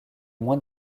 moins